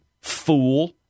fool